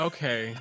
Okay